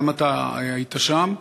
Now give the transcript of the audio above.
גם אתה היית שם,